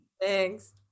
thanks